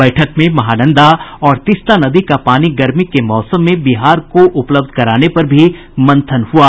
बैठक में महानंदा और तिस्ता नदी का पानी गर्मी के मौसम में बिहार को उपलब्ध कराने पर भी मंथन हआ